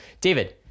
David